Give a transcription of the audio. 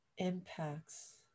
impacts